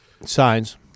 signs